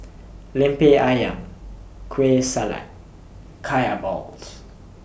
Lemper Ayam Kueh Salat Kaya Balls